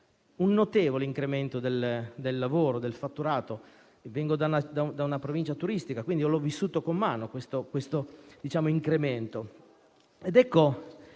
un notevole incremento del lavoro e del fatturato; vengo da una provincia turistica e, quindi, ho vissuto con mano tale incremento. Questo